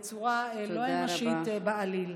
בצורה לא אנושית בעליל.